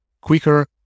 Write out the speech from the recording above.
quicker